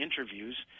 interviews